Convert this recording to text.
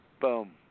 boom